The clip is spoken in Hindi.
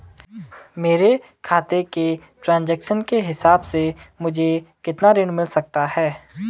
मेरे खाते के ट्रान्ज़ैक्शन के हिसाब से मुझे कितना ऋण मिल सकता है?